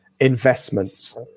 investments